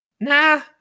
Nah